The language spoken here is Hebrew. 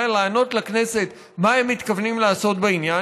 לענות לכנסת מה הם מתכוונים לעשות בעניין,